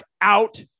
out